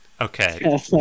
Okay